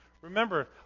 Remember